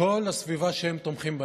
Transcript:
כל הסביבה שהם תומכים בה.